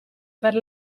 per